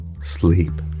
sleep